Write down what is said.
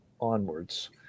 onwards